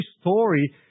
story